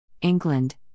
England